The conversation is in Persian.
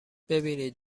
ببینید